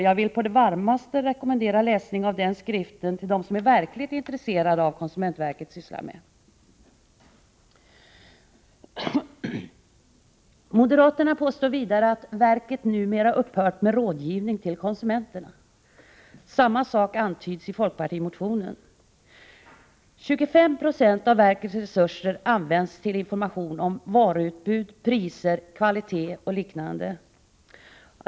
Jag vill på det varmaste rekommendera dem som är verkligt intresserade av vad konsumentverket sysslar med att läsa den skriften. Vidare påstår moderaterna att ”verket numera upphört med rådgivning till konsumenter”. Samma sak antyds i folkpartimotionen. 25 90 av verkets resurser används till information om varuutbud, priser, kvalitet och liknande.